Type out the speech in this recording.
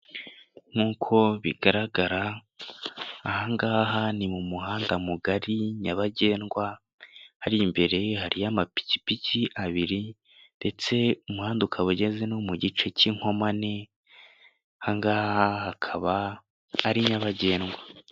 Nk'uko bigaragara, ahangaha ni mu muhanda mugari nyabagendwa, hariya imbere hari amapikipiki abiri, ndetse umuhanda ukaba ugeze no mu gice k'inkomane, ahangaha hakaba ari nyabagendwa.